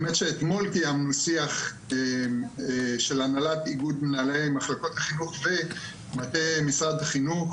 אתמול קיימנו שיח של הנהלת איגוד מנהלי מחלקות החינוך במטה משרד החינוך,